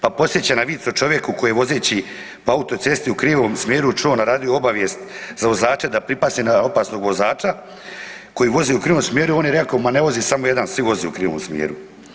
Pa podsjeća na vic o čovjeku koji je vozeći po autocesti u krivom smjeru čuo na radiju obavijest za vozače da pripaze na opasnog vozača koji vozi u krivom smjeru, on je rekao ma ne vozi samo jedan, svi voze u krivom smjeru.